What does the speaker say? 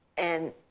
and